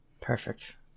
Perfect